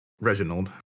Reginald